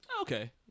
Okay